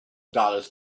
dollars